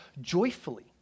joyfully